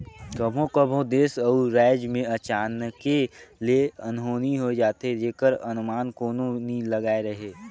कभों कभों देस अउ राएज में अचानके ले अनहोनी होए जाथे जेकर अनमान कोनो नी लगाए रहें